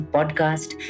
Podcast